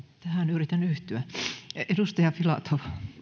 yritän yhtyä edustaja filatov